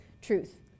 truth